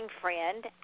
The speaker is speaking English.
friend